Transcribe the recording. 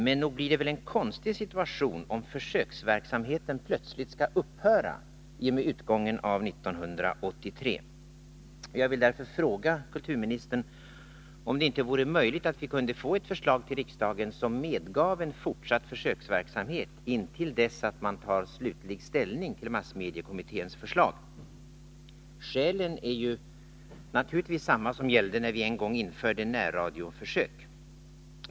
Men nog blir det en konstig situation, om försöksverksamheten plötsligt skall upphöra i och med utgången av 1983. Jag vill därför fråga kulturministern om det inte vore möjligt att vi kunde få ett förslag till riksdagen som medgav en fortsatt försöksverksamhet intill dess att man tar slutlig ställning till massmediekommitténs förslag. Skälen är naturligtvis desamma som gällde när vi en gång införde närradioförsök.